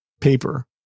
paper